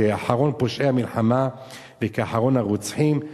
כאחרוני פושעי המלחמה וכאחרוני הרוצחים,